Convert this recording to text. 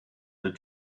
the